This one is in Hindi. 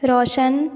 रौशन